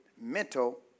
mental